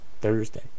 Thursday